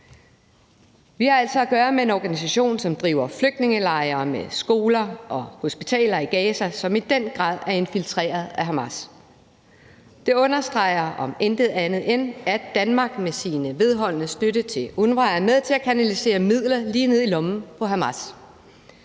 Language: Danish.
Vi har altså at gøre med en organisation, som driver flygtningelejre med skoler og hospitaler i Gaza, og som i den grad er infiltreret af Hamas. Det understreger om ikke andet, at Danmark med sin vedholdende støtte til UNRWA er med til at kanalisere midler lige ned i lommen på Hamas.